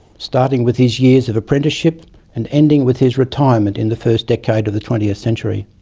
starting with his years of apprenticeship and ending with his retirement in the first decade of the twentieth century.